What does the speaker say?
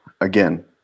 Again